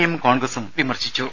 എമ്മും കോൺഗ്രസും വിമർശിച്ചു